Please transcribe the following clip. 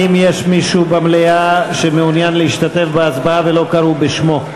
האם יש מישהו במליאה שמעוניין להשתתף בהצבעה ולא קראו בשמו?